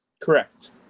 correct